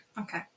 Okay